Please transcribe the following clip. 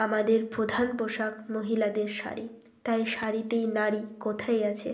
আমাদের প্রধান পোশাক মহিলাদের শাড়ি তাই শাড়িতেই নারী কথাই আছে